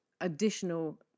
additional